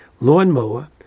lawnmower